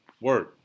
Word